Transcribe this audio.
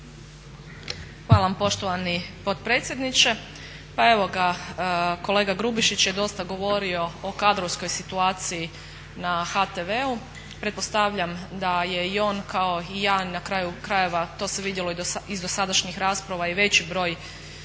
Hvala vam poštovani potpredsjedniče. Pa evo ga kolega Grubšić je dosta govorio o kadrovskoj situaciji na HTV-u, pretpostavljam da je i on kao i ja na kraju krajeva to se vidjelo iz dosadašnjih rasprava i veći broj